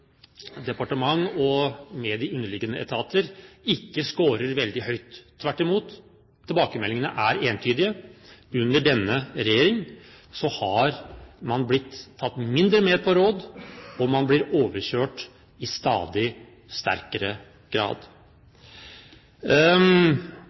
departement, med de underliggende etater, ikke skårer veldig høyt – tvert imot, tilbakemeldingene er entydige: Under denne regjering har man blitt tatt mindre med på råd, og man blir overkjørt i stadig sterkere grad.